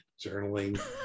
journaling